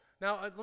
Now